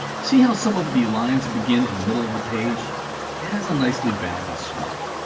see how some of the lines begin in the middle of the page? it has a nicely balanced look.